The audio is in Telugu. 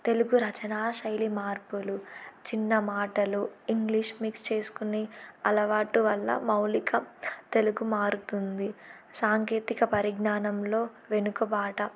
తెలుగు రచనా శైలి మార్పులు చిన్న మాటలు ఇంగ్లీష్ మిక్స్ చేసుకునే అలవాటు వల్ల మౌలిక తెలుగు మారుతుంది సాంకేతిక పరిజ్ఞానంలో వెనుకబాటు